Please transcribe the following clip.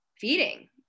feeding